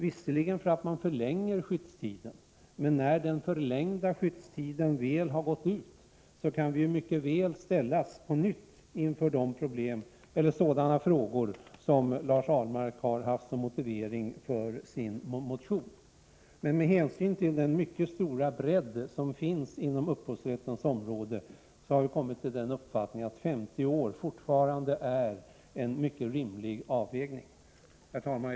Visserligen förlängs skyddstiden därigenom, men när denna gått ut kan vi mycket väl på nytt ställas inför sådana avväganden som Lars Ahlmark har haft som motivering för sin motion. Men med hänsyn till den mycket stora bredd som finns inom upphovsrättens område har vi kommit till uppfattningen att 50 år fortfarande är en mycket rimlig avvägning. Herr talman!